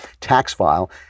TaxFile